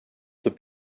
the